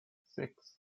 six